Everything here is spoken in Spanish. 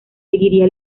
seguiría